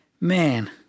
Man